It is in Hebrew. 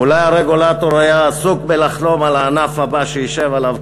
אולי הרגולטור היה עסוק בלחלום על הענף הבא שישב עליו,